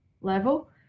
level